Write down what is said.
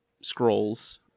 Scrolls